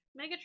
Megatron